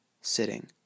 sitting